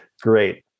Great